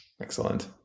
Excellent